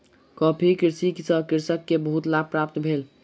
coffee कृषि सॅ कृषक के बहुत लाभ प्राप्त भेल